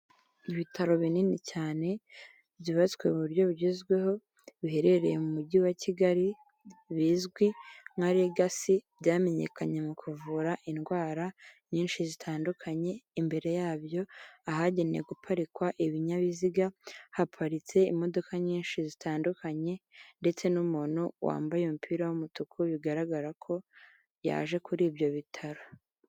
Ibitaro binini cyane byubatswe mu buryo bugezweho biherereye mu mujyi wa Kigali bizwi nka Legacy, byamenyekanye mu kuvura indwara nyinshi zitandukanye, imbere yabyo ahagenewe guparikwa ibinyabiziga, haparitse imodoka nyinshi zitandukanye, ndetse n'umuntu wambaye umupira w'umutuku bigaragara ko yaje kuri ibyo bitaro.